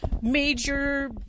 major